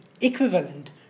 equivalent